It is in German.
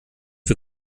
für